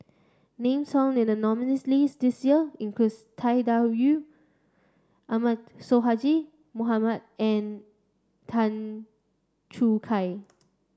names found in the nominees list this year includes Tang Da Wu Ahmad Sonhadji Mohamad and Tan Choo Kai